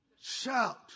Shout